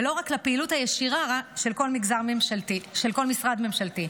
ולא רק לפעילות הישירה של כל משרד ממשלתי.